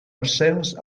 ascens